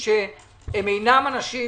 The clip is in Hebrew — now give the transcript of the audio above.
אם אתם רוצים שהאופוזיציה גם תתמוך.